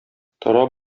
тора